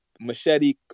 Machete